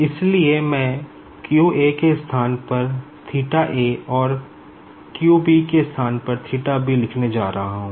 इसलिए मैं q a के स्थान पर θ a और q b के स्थान पर θ b लिखने जा रहा हूं